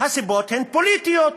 הסיבות הן פוליטיות,